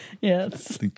Yes